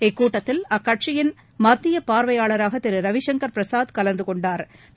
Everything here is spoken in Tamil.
இக்கூட்டத்தில் அக்கட்சியின் மத்திய பாா்வையாளராக திரு ரவிசங்கள் பிரசாத் கலந்து கொண்டாா்